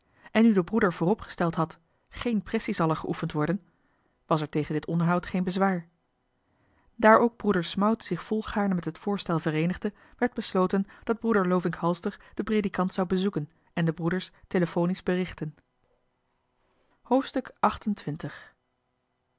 en daar de broeder vooropgesteld had geen pressie zal er geoefend worden was er tegen dit onderhoud geen bezwaar daar ook broeder smout zich volgaarne met het voorstel vereenigde werd besloten dat broeder lovink halster den predikant zou bezoeken en de broeders telefonisch berichten